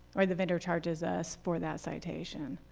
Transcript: or the vendor charges us for that citation.